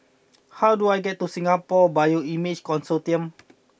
how do I get to Singapore Bioimaging Consortium